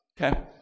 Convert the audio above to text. okay